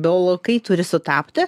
biolau kai turi sutapti